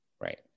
right